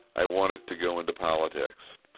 i wanted to go into politics,